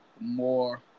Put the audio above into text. more